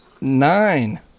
nine